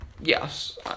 Yes